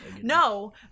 No